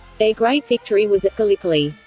their great victory was at gallipoli.